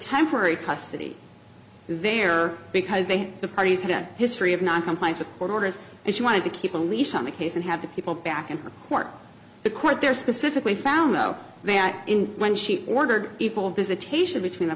temporary custody there because they had the parties had a history of noncompliance with court orders and she wanted to keep a leash on the case and have the people back in court the court there specifically found though that when she ordered evil visitation between the